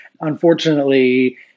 unfortunately